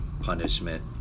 punishment